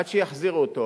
עד שיחזירו אותו להוריו.